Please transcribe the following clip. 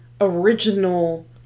original